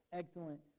excellent